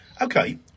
Okay